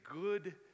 good